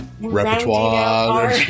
repertoire